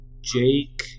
Jake